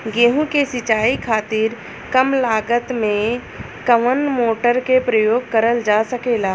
गेहूँ के सिचाई खातीर कम लागत मे कवन मोटर के प्रयोग करल जा सकेला?